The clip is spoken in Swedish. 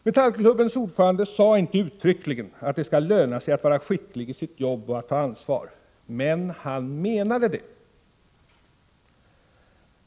Metallklubbens ordförande sade inte uttryckligen att det skall löna sig att vara skicklig i sitt jobb och att ta ansvar. Men han menade det.